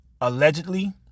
allegedly